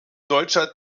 deutscher